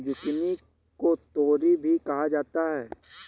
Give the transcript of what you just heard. zucchini को तोरी भी कहा जाता है